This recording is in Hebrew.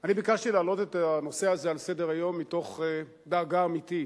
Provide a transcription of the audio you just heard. אני ביקשתי להעלות את הנושא הזה על סדר-היום מתוך דאגה אמיתית,